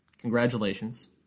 Congratulations